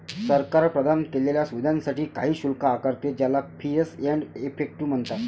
सरकार प्रदान केलेल्या सुविधांसाठी काही शुल्क आकारते, ज्याला फीस एंड इफेक्टिव म्हणतात